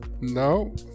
No